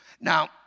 Now